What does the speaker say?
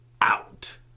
out